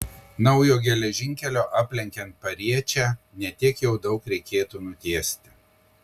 naujo geležinkelio aplenkiant pariečę ne tiek jau daug reikėtų nutiesti